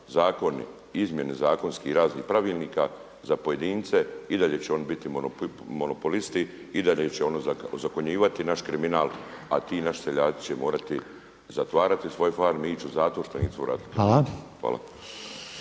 zakoni i izmjene zakonski razni pravilnika za pojedince i dalje će oni biti monopolisti i dalje će ozakonjivati naš kriminal, a ti naši seljaci će morati zatvarati svoje farme i ići u zatvor što … Hvala.